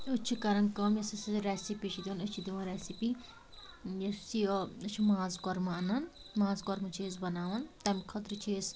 أسۍ چھِ کران کٲم یۄس ہسا یہِ ریٚسِپی چھِ دِوان أسۍ چھِ دِوان ریٚسِپی یۄس یہِ أسۍ چھِ ماز کۄرمہٕ انان ماز کۄرمہٕ چھِ أسۍ بناوان تَمہِ خٲطرٕ چھِ أسۍ